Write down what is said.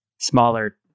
smaller